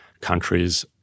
countries